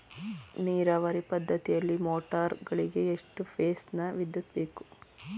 ನೀರಾವರಿ ಪದ್ಧತಿಯಲ್ಲಿ ಮೋಟಾರ್ ಗಳಿಗೆ ಎಷ್ಟು ಫೇಸ್ ನ ವಿದ್ಯುತ್ ಬೇಕು?